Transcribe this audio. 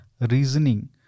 reasoning